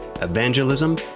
evangelism